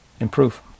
improve